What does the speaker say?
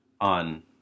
on